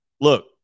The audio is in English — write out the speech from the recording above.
look